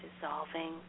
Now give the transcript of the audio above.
dissolving